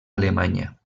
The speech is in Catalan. alemanya